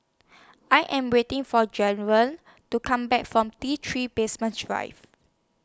I Am waiting For Jairo to Come Back from T three Basement Drive